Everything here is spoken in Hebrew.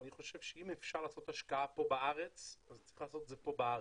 אני חושב שאם אפשר לעשות השקעה פה בארץ אז צריך לעשות את זה פה בארץ.